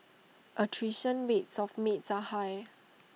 attrition rates of maids are high